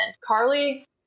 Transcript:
carly